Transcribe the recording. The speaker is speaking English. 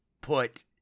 put